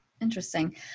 Interesting